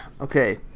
Okay